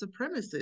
supremacists